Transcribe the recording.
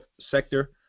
sector